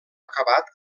acabat